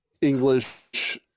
English